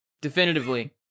definitively